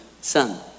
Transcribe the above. son